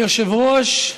היושב-ראש,